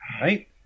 right